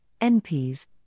NPs